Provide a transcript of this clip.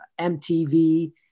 MTV